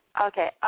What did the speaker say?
Okay